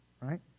right